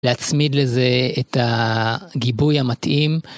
להצמיד לזה את הגיבוי המתאים.